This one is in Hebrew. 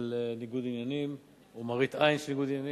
של ניגוד עניינים או מראית עין של ניגוד עניינים,